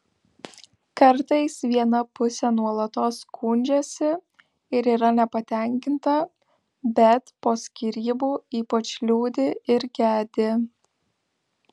kartais viena pusė nuolatos skundžiasi ir yra nepatenkinta bet po skyrybų ypač liūdi ir gedi